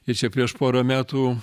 ir čia prieš porą metų